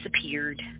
disappeared